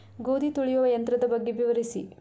ಗೋಧಿ ತುಳಿಯುವ ಯಂತ್ರದ ಬಗ್ಗೆ ವಿವರಿಸಿ?